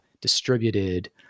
distributed